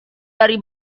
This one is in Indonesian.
dari